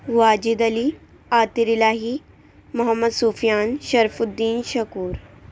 Wajid Ali Aatir Ilahi Muhammad Sufyan Sharafuddin Shakoor